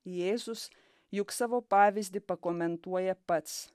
jėzus juk savo pavyzdį pakomentuoja pats